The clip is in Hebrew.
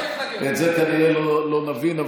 את זה לא נבין.